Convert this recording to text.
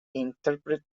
interpret